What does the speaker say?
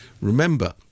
Remember